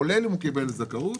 כולל אם הוא קיבל זכאות,